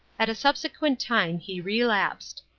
at a subsequent time he relapsed.